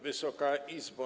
Wysoka Izbo!